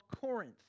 Corinth